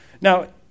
Now